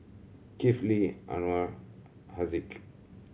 Kifli Anuar Haziq